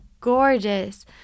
gorgeous